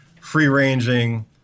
free-ranging